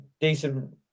decent